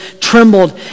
trembled